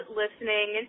listening